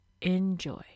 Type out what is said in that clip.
enjoy